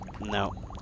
no